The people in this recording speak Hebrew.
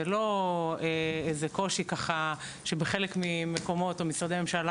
זה לא איזה קושי ככה שבחלק ממקומות או משרדי ממשלה